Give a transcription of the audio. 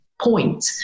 point